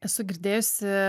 esu girdėjusi